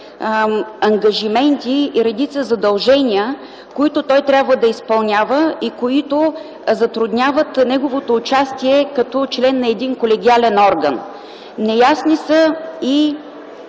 ангажименти и редица задължения, които той трябва да изпълнява и които затрудняват неговото участие като член на един колегиален орган. Неясни са и